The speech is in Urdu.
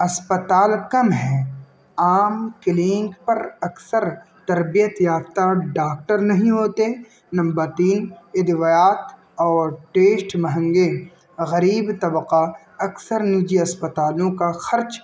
اسپتال کم ہے عام کلینک پر اکثر تربیت یافتہ ڈاکٹر نہیں ہوتے نمبر تین ادویات اور ٹیسٹ مہنگے غریب طبقہ اکثر نجی اسپتالوں کا خرچ